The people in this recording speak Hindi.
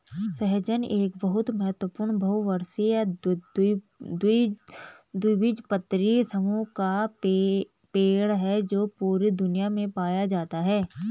सहजन एक बहुत महत्वपूर्ण बहुवर्षीय द्विबीजपत्री समूह का पेड़ है जो पूरी दुनिया में पाया जाता है